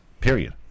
period